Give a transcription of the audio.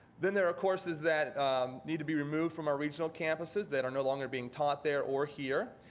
then there are courses that need to be removed from our regional campuses that are no longer being taught there or here.